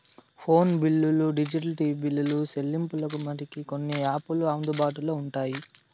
phone బిల్లులు digital TV బిల్లులు సెల్లింపులకు మటికి కొన్ని యాపులు అందుబాటులో ఉంటాయి